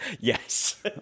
Yes